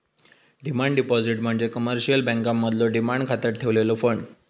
demand deposit म्हणजे commercial बँकांमधलो demand खात्यात ठेवलेलो फंड